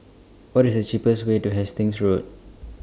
What IS The cheapest Way to Hastings Road